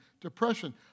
depression